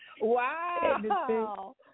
Wow